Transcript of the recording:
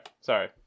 Sorry